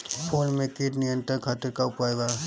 फूल में कीट नियंत्रण खातिर का उपाय बा?